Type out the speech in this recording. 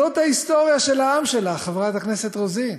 זאת ההיסטוריה של העם שלך, חברת הכנסת רוזין.